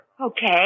Okay